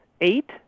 eight